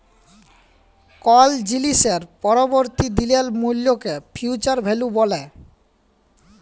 call জিলিসের পরবর্তী দিলের মূল্যকে ফিউচার ভ্যালু ব্যলে